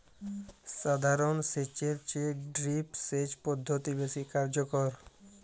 সাধারণ সেচ এর চেয়ে ড্রিপ সেচ পদ্ধতি বেশি কার্যকর